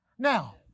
Now